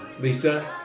Lisa